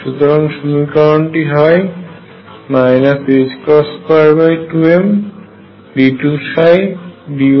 সুতরাং সমীকরণটি হয় 22md2dy2VyyEψy